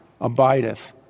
abideth